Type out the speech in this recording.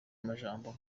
amajambo